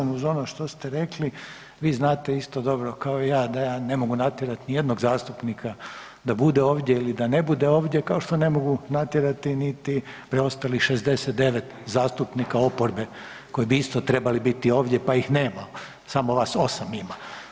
Ovaj, vezano uz ono što ste rekli vi znate isto dobro kao i ja, da ja ne mogu natjerati ni jednog zastupnika da bude ovdje ili da ne bude ovdje kao što ne mogu natjerati niti preostalih 69 zastupnika oporbe koji bi isto trebali biti ovdje pa ih nema, samo vas 8 ima.